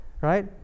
right